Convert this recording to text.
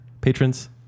Patrons